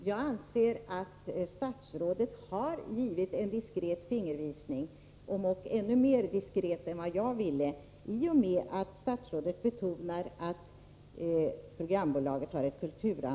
Regeringen anvisade i kompletteringspropositionen — våren 1983 — 100 milj.kr. till åtgärder för att främja rekryteringen till industrin.